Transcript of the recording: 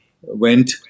went